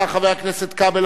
טרומית,